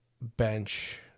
bench